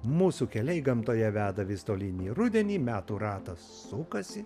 mūsų keliai gamtoje veda vis tolyn į rudenį metų ratas sukasi